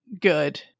good